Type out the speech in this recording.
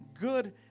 good